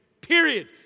Period